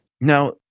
Now